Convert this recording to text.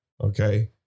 Okay